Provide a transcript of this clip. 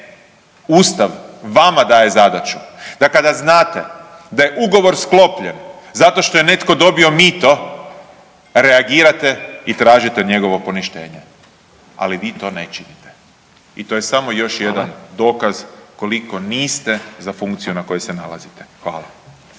Ustav vama daje zadaću, da kada znate da je ugovor sklopljen zato što je netko dobio mito, reagirate i tražite njegovo poništenje. Ali vi to ne činite. I to je samo još jedan dokaz koliko niste za funkciju na kojoj se nalazite. Hvala.